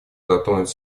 затронуть